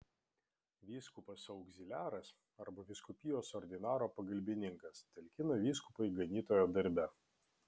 vyskupas augziliaras arba vyskupijos ordinaro pagalbininkas talkina vyskupui ganytojo darbe